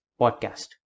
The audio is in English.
podcast